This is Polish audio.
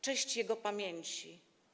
Cześć jego pamięci.